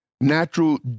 natural